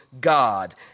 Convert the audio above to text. God